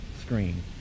screen